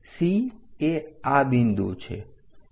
C એ આ બિંદુ છે